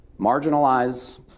marginalize